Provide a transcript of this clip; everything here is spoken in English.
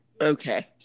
Okay